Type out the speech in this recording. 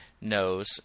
knows